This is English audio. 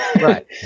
right